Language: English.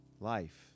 life